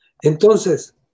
Entonces